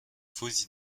fausses